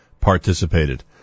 participated